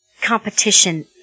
competition